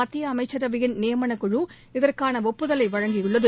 மத்திய அமைச்சரவையின் நியமனக் குழு இதற்கான ஒப்புதலை வழங்கி உள்ளது